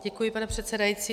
Děkuji, pane předsedající.